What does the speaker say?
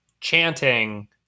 chanting